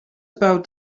about